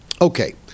Okay